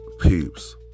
peeps